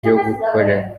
gukorera